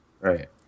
Right